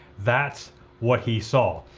that's what he saw,